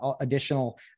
additional